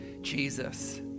Jesus